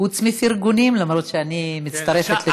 חוץ מפרגונים, למרות שאני מצטרפת לכולם.